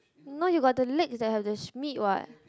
no you got to leg the have the meat what